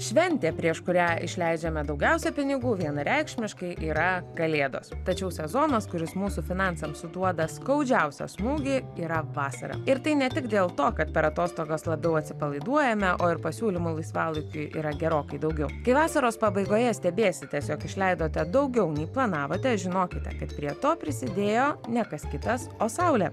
šventė prieš kurią išleidžiame daugiausiai pinigų vienareikšmiškai yra kalėdos tačiau sezonas kuris mūsų finansams suduoda skaudžiausią smūgį yra vasara ir tai ne tik dėl to kad per atostogas labiau atsipalaiduojame o ir pasiūlymų laisvalaikiui yra gerokai daugiau vasaros pabaigoje stebiesi tiesiog išleidote daugiau nei planavote žinokite kad prie to prisidėjo ne kas kitas o saulė